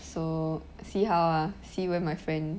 so see how ah see when my friend